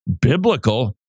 biblical